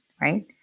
right